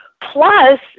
Plus